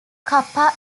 kappa